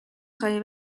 خواهی